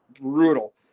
brutal